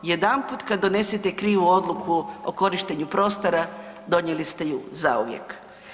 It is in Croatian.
Jedanput kad donesete krivu odluku o korištenju prostora donijeli ste ju zauvijek.